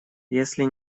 если